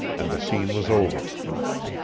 and the scene was over.